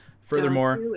Furthermore